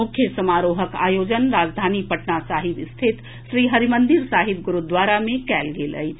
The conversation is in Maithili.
मुख्य समारोहक आयोजन राजधानी पटना साहिब स्थित श्री हरिमंदिर साहिब गुरूद्वारा मे कयल गेल अछि